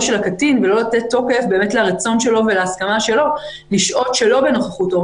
של הקטין ולא לתת תוקף באמת לרצון שלו ולהסכמה שלו לשהות שלא בנוכחותו.